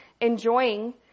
enjoying